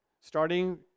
starting